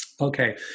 okay